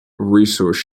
resource